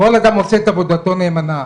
כל אדם עושה את עבודתו נאמנה,